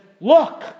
Look